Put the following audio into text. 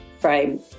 frame